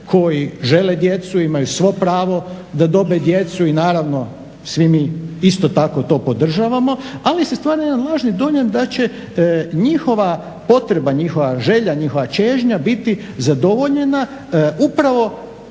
koji žele djecu i imaju svo pravo da dobe djecu i naravno svi mi isto tako podržavamo ali se stvara jedan lažan dojam da će njihova potreba, njihova želja, njihova čežnja biti zadovoljena upravo